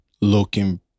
looking